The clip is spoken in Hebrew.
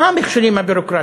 מה המכשולים הביורוקרטיים?